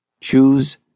Choose